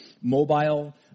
mobile